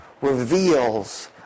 reveals